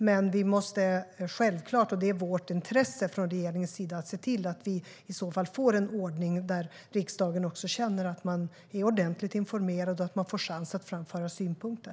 I så fall måste vi självklart - det är regeringens avsikt - få till en ordning där riksdagen blir ordentligt informerad och får chans att framföra synpunkter.